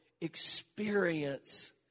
experience